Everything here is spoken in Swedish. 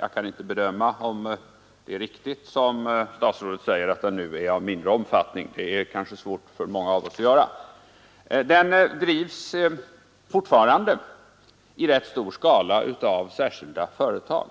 Jag kan inte bedöma om det är riktigt som statsrådet säger, att den nu är av mindre omfattning — det är svårt att avgöra, Den drivs emellertid fortfarande i rätt stor skala av särskilda företag,